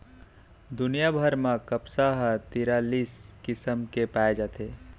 दुनिया भर म कपसा ह तिरालिस किसम के पाए जाथे